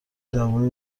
دوای